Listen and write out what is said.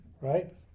Right